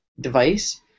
device